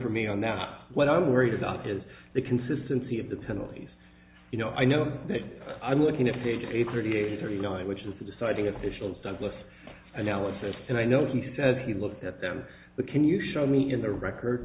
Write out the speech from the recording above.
from me on that what i'm worried about is the consistency of the penalties you know i know that i'm working at the age of thirty eight thirty nine which is the deciding officials douglas analysis and i know he says he looked at them but can you show me in the record